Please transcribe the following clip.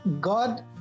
God